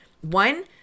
One